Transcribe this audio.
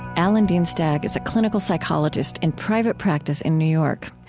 alan dienstag is a clinical psychologist in private practice in new york.